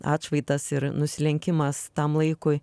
atšvaitas ir nusilenkimas tam laikui